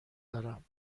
دارم